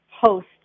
host